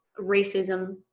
racism